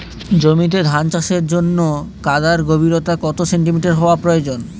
জমিতে ধান চাষের জন্য কাদার গভীরতা কত সেন্টিমিটার হওয়া প্রয়োজন?